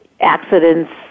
accidents